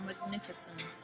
magnificent